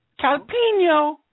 Calpino